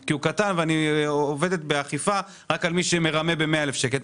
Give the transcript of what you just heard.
כי הוא קטן ושאתם אוכפים רק על מי שמרמה ב-100,000 שקל.